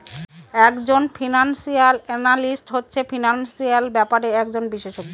এক জন financial analyst হচ্ছে ফিনান্সিয়াল ব্যাপারের একজন বিশষজ্ঞ